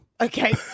Okay